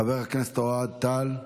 חבר הכנסת אוהד טל,